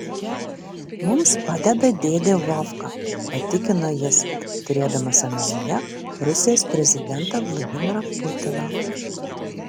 mums padeda dėdė vovka patikino jis turėdamas omenyje rusijos prezidentą vladimirą putiną